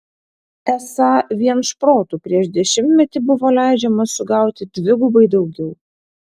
esą vien šprotų prieš dešimtmetį buvo leidžiama sugauti dvigubai daugiau